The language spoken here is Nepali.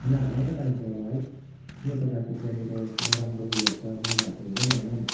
खानाहरू राम्रो पाइन्छ होला है कुनै प्रकारको त्यहाँनिर नराम्रो उयोहरू त मैलाहरू त हुँदैन होला नि